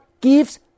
gives